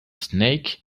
snake